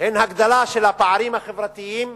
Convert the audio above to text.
הן הגדלה של הפערים החברתיים,